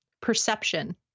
Perception